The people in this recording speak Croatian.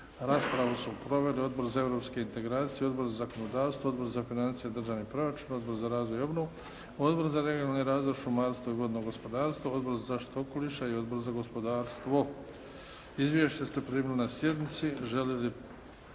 Raspravu su proveli: Odbor za europske integracije, Odbor za zakonodavstvo, Odbor za financije i državni proračun, Odbor za razvoj i obnovu, Odbor za regionalni razvoj, šumarstvo i vodno gospodarstvo, Odbor za zaštitu okoliša i Odbor za gospodarstvo. Izvješće ste primili na sjednici. Želi li?